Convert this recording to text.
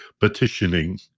petitioning